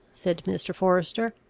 said mr. forester,